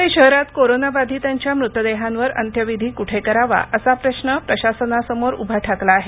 ध्वळे शहरात कोरोनाबाधितांच्या मृतदेहांवर अंत्यविधी कुठे करावा असा प्रश्न प्रशासनासमोर उभा ठाकला आहे